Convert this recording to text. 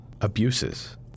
abuses